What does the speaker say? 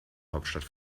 hauptstadt